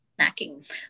snacking